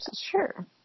Sure